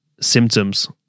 symptoms